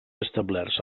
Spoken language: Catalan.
establerts